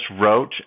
wrote